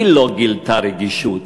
היא לא גילתה רגישות.